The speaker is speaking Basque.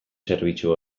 zerbitzu